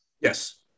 Yes